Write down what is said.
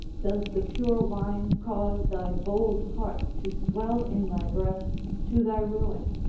does the pure wine cause thy bold heart to swell in thy breast to thy ruin,